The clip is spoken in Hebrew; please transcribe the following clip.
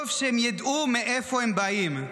טוב שהם ידעו מאיפה הם באים.